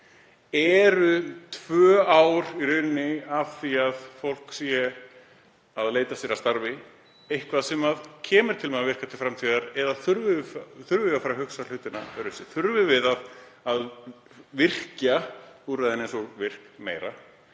Eru tvö ár, af því að fólk sé að leita sér að starfi, eitthvað sem kemur til með að virka til framtíðar eða þurfum við að fara að hugsa hlutina öðruvísi? Þurfum við að virkja úrræði eins og VRIK meira?